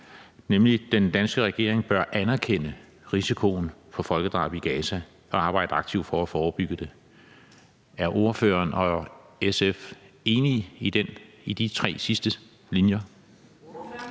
nemlig at den danske regering bør anerkende risikoen for folkedrab i Gaza og arbejde aktivt for at forebygge det. Er ordføreren og SF enig i de tre sidste linjer?